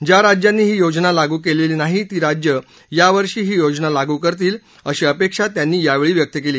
ज्या राज्यांनी ही योजना लागू केलेली नाही ती राज्ये या वर्षी ही योजना लागू करतील अशी अपेक्षा त्यांनी यावेळी व्यक्त केली